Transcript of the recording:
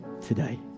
today